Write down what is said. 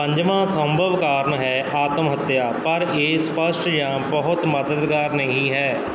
ਪੰਜਵਾਂ ਸੰਭਵ ਕਾਰਨ ਹੈ ਆਤਮ ਹੱਤਿਆ ਪਰ ਇਹ ਸਪਸ਼ਟ ਜਾਂ ਬਹੁਤ ਮਦਦਗਾਰ ਨਹੀਂ ਹੈ